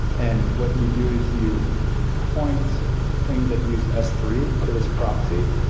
and what you do is you point things that use s three to this proxy,